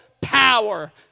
power